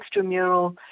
extramural